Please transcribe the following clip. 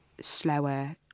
slower